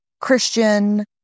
Christian